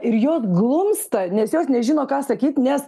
ir jos glumsta nes jos nežino ką sakyt nes